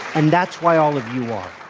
and that's why all of you are.